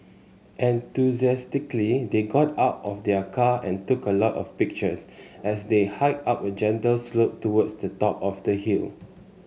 enthusiastically they got out of their car and took a lot of pictures as they hiked up a gentle slope towards the top of the hill